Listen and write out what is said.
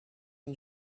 and